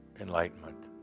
enlightenment